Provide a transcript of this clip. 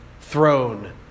throne